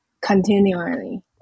continually